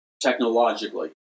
technologically